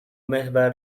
محور